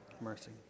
Mercy